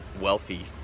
wealthy